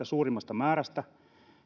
suurimmasta määrästä